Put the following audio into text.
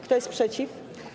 Kto jest przeciw?